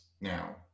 now